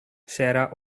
sarah